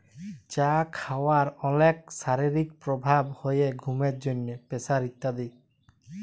চা খাওয়ার অলেক শারীরিক প্রভাব হ্যয় ঘুমের জন্হে, প্রেসার ইত্যাদি